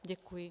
Děkuji.